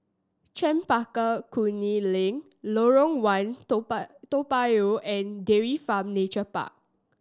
Chempaka Kuning Link Lorong One Toa Toa Payoh and Dairy Farm Nature Park